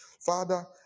Father